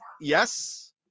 yes